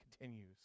continues